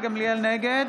נגד